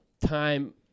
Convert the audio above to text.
time